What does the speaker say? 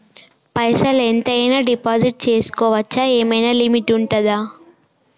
పైసల్ ఎంత అయినా డిపాజిట్ చేస్కోవచ్చా? ఏమైనా లిమిట్ ఉంటదా?